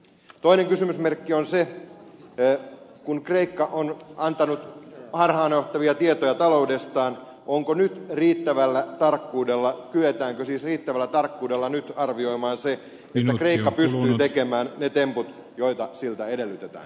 toinen kysymysmerkki on se kun kreikka on antanut harhaanjohtavia tietoja taloudestaan kyetäänkö nyt riittävällä tarkkuudella arvioimaan se että kreikka pystyy tekemään ne temput joita siltä edellytetään